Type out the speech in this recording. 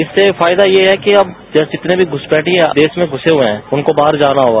इससे फायदा यह है कि अब जैसे जितने भी घुसपैठिये देश में घूसे हुए हैं उनको बाहर जाना होगा